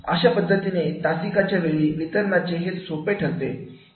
अशा पद्धतीने तासिका च्या वेळी वितरणासाठी हे सोपे ठरत असते